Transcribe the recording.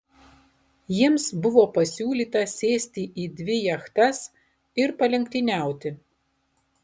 jiems buvo pasiūlyta sėsti į dvi jachtas ir palenktyniauti